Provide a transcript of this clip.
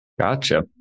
Gotcha